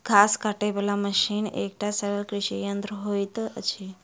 घास काटय बला मशीन एकटा सरल कृषि यंत्र होइत अछि